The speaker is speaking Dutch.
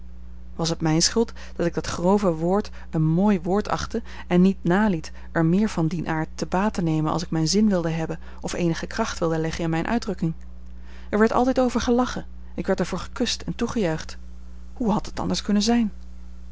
was het mijne schuld dat ik dat grove woord een mooi woord achtte en niet naliet er meer van dien aard te baat te nemen als ik mijn zin wilde hebben of eenige kracht wilde leggen in mijne uitdrukking er werd altijd over gelachen ik werd er voor gekust en toegejuicht hoe had het anders kunnen zijn